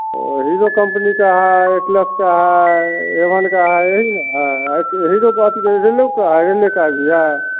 ओ Hero company का है Atlas का हाय एवन का है एही है एही तो ले ले का है भैया